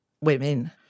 women